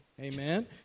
Amen